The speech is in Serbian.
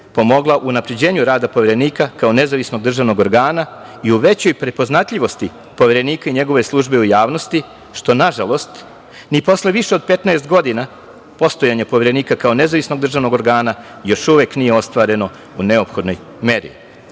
pomogla u unapređenju rada Poverenika, kao nezavisnog državnog organa i u većoj prepoznatljivosti Poverenika i njegove službe u javnosti, što nažalost, ni posle više od 15 godina postojanja Poverenika kao nezavisnog državnog organa, još uvek nije ostvareno u neophodnoj meri.